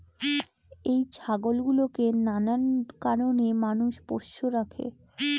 এই ছাগল গুলোকে নানান কারণে মানুষ পোষ্য রাখে